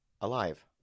Alive